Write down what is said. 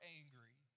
angry